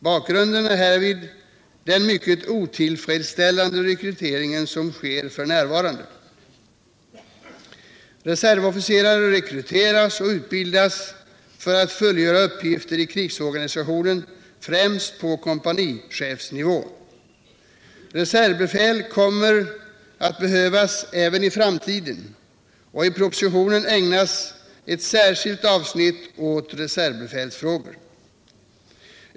Bakgrunden är härvid den mycket otillfredsställande rekrytering som sker f. n. Reservofficerare rekryteras och utbildas för att fullgöra uppgifter i krigsorganisationen, främst på kompanichefsnivån. Reservbefäl kommer att behövas även i framtiden, och i propositionen ägnas ett särskilt avsnitt åt reservbefälsfrågor.